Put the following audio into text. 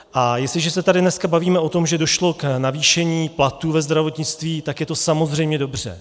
A jestliže se tady dneska bavíme o tom, že došlo k navýšení platů ve zdravotnictví, tak je to samozřejmě dobře.